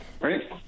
Right